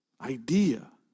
idea